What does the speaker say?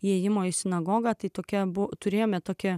įėjimo į sinagogą tai tokia abu turėjome tokie